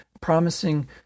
promising